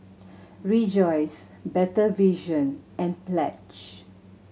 Rejoice Better Vision and Pledge